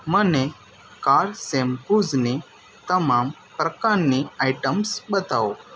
મને કાર શેમ્પૂઝની તમામ પ્રકારની આઈટમ્સ બતાવો